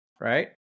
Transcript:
Right